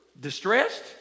distressed